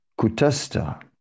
Kutasta